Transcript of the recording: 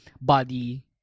body